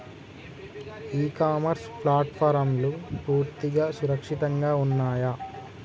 ఇ commerce ప్లాట్ఫారమ్లు పూర్తిగా సురక్షితంగా ఉన్నయా?